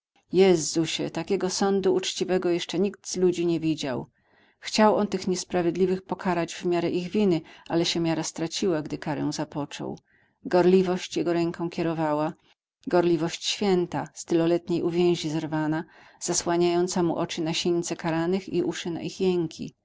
prać jezusie takiego sądu uczciwego jeszcze nikt z ludzi nie widział chciał on tych niesprawiedliwych pokarać w miarę ich winy ale się miara straciła gdy karę zapoczął gorliwość jego ręką kierowała gorliwość święta z tyloletniej uwięzi zerwana zasłaniająca mu oczy na sińce karanych i uszy na